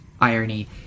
irony